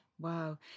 Wow